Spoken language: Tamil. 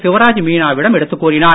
சிவராஜ் மீனாவிடம் எடுத்துக் கூறினார்